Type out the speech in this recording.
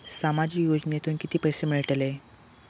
सामाजिक योजनेतून किती पैसे मिळतले?